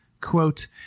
quote